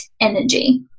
energy